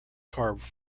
carved